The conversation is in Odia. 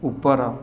ଉପର